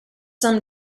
some